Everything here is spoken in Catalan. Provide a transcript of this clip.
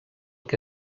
que